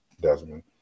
Desmond